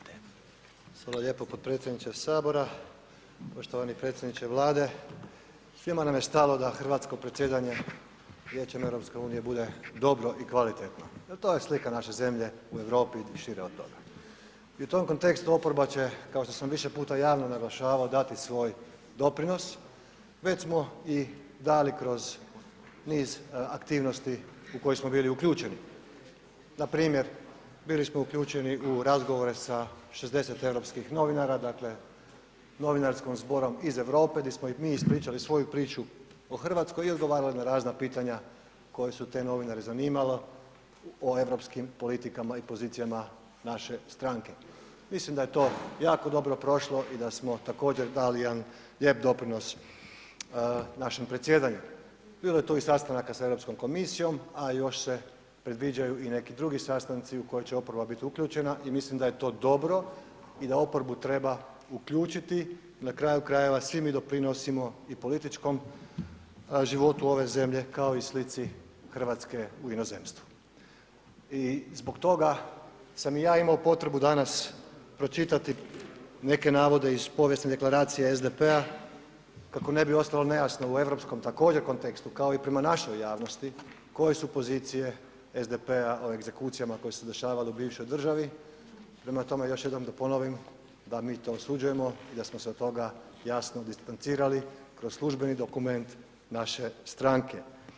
Hvala lijepo potpredsjedniče HS, poštovani predsjedniče Vlade, svima nam je stalo da hrvatsko predsjedanje Vijećem EU bude dobro i kvalitetno jel to je slika naše zemlje u Europi i šire od toga i u tom kontekstu oporba će, kao što sam više puta javno naglašavao, dati svoj doprinos, već smo i dali kroz niz aktivnosti u koju smo bili uključeni, npr. bili smo uključeni u razgovore sa 60 europskih novinara, dakle novinarskim zborom iz Europe di smo im mi ispričali svoju priču o RH i odgovarali na razna pitanja koja su te novinare zanimala o europskim politikama i pozicijama naše stranke, mislim da je to jako dobro prošlo i da smo također dali jedan lijep doprinos našem predsjedanju, bilo je tu i sastanaka sa Europskom komisijom, a još se predviđaju i neki drugi sastanci u koje će oporba bit uključena i mislim da je to dobro i da oporbu treba uključiti, na kraju krajeva svi mi doprinosimo i političkom životu ove zemlje kao i slici RH u inozemstvu i zbog toga sam i ja imao potrebu danas pročitati neke navode iz povijesne deklaracije SDP-a kako ne bi ostalo nejasno u europskom također kontekstu, kao i prema našoj javnosti koje su pozicije SDP-a o egzekucijama koje su se dešavale u bivšoj državi, prema tome još jednom da ponovim, da mi to osuđujemo i da smo se od toga jasno distancirali kroz službeni dokument naše stranke.